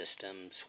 systems